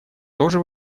тоже